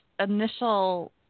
Initial